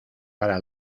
para